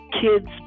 kids